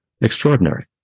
Extraordinary